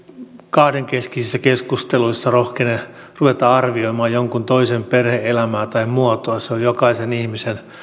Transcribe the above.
kahdenkeskisissä keskusteluissa rohkene ruveta arvioimaan jonkun toisen perhe elämää tai muotoa se on jokaisen ihmisen